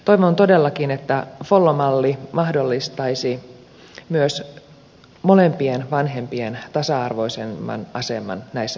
toivon todellakin että follo malli mahdollistaisi myös molempien vanhempien tasa arvoisemman aseman näissä huoltajuuskiistoissa